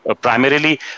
Primarily